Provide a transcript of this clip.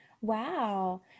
wow